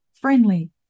friendly